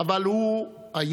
אבל הוא עייף